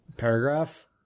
paragraph